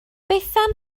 bethan